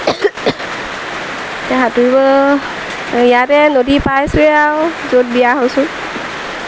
এতিয়া সাঁতুৰিব ইয়াতে নদী পাইছোঁৱেই আৰু য'ত বিয়া হৈছোঁ